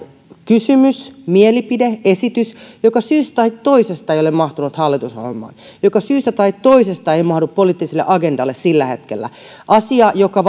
kysymys mielipide esitys joka syystä tai toisesta ei ole mahtunut hallitusohjelmaan joka syystä tai toisesta ei mahdu poliittiselle agendalle sillä hetkellä asia joka